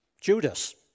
Judas